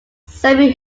semi